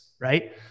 Right